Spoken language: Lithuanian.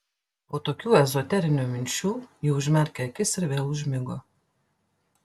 po tokių ezoterinių minčių ji užmerkė akis ir vėl užmigo